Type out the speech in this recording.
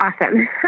awesome